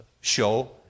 show